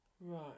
Right